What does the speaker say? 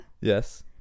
Yes